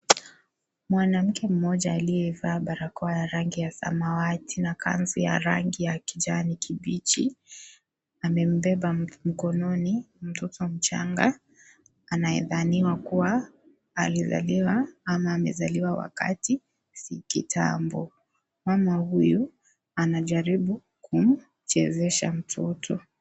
Mwanamke mmoja aliyevaa barakoa ya rangi ya samawati na kanzu ya rangi ya kijani kibichi amembeba mkononi mtoto mchanga anayedhaniwa kuwa alizaliwa ama amezaliwa wakati si kitambo. Mama huyu anajaribu kumchezesha mtoto.